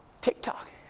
TikTok